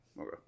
Okay